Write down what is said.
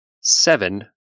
seven